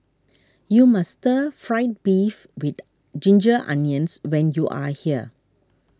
you must Stir Fried Beef with Ginger Onions when you are here